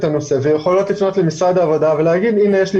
הנושא ויכולות לפנות למשרד העבודה ולומר שהנה,